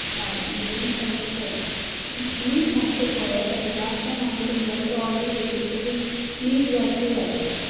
हय medium spicy चलता मीठ मातशें पळयात लास्ट टायम हांवें तुमच्या कडल्यान ऑर्डर घेतिल्ली तातूंत मीठ जास्त जाल्लें